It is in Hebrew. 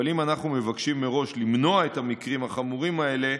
אבל אם אנחנו מבקשים מראש למנוע את המקרים החמורים האלה,